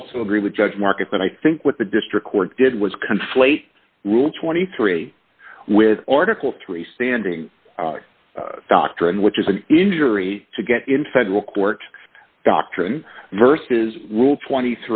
also agree with judge marcus that i think what the district court did was conflate rule twenty three with article three standing doctrine which is an injury to get in federal court doctrine versus rule twenty